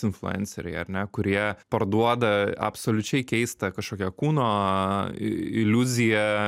influenceriai ar ne kurie parduoda absoliučiai keistą kažkokią kūno iliuziją